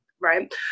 Right